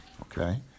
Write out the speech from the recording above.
okay